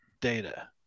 data